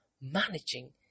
managing